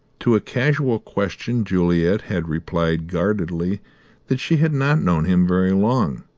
to a casual question juliet had replied guardedly that she had not known him very long,